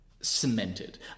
cemented